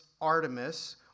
Artemis